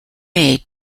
made